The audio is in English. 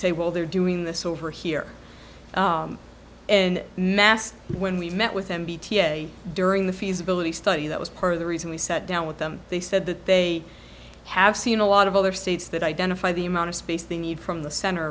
say well they're doing this over here in mass when we met with them bta during the feasibility study that was part of the reason we sat down with them they said that they have seen a lot of other states that identify the amount of space they need from the cent